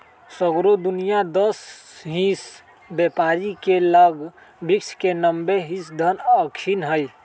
सगरो दुनियाँके दस हिस बेपारी के लग विश्व के नब्बे हिस धन अखनि हई